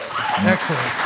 Excellent